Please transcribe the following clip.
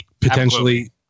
potentially